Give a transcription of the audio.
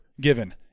given